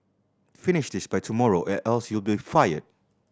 finish this by tomorrow or else you'll be fired